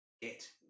get